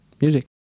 music